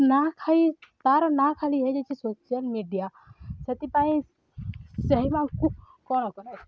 ନାଁ ଖାଇ ତାର ନା ଖାଲି ହେଇଯାଇଛି ସୋସିଆଲ୍ ମିଡ଼ିଆ ସେଥିପାଇଁ ସେହିମାନଙ୍କୁ କ'ଣ କରା